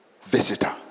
visitor